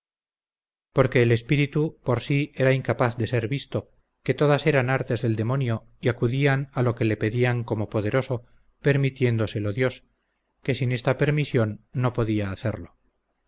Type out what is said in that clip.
porque el espíritu por sí era incapaz de ser visto que todas eran artes del demonio y acudía a lo que le pedían como poderoso permitiéndoselo dios que sin esta permisión no podía hacerlo